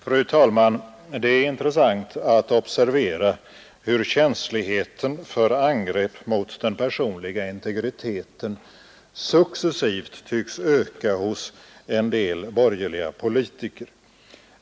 Fru talman! Det är intressant att observera hur känsligheten för angrepp mot den personliga integriteten successivt tycks öka hos en del borgerliga politiker.